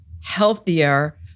healthier